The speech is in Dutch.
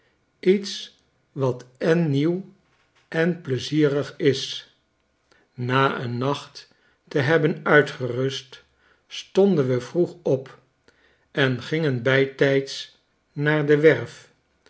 iets wat en nieuw en pleizierig is na een nacht te hebben uitgerust stonden we vroeg op en gingen bijtijds naar de werf